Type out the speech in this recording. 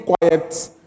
quiet